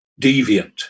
deviant